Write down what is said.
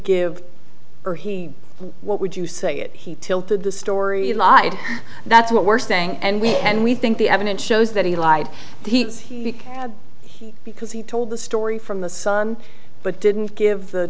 give her he what would you say it he tilted the story a lot and that's what we're saying and we had we think the evidence shows that he lied he's here because because he told the story from the sun but didn't give the